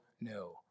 no